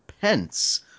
Pence